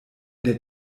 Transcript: der